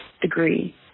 degree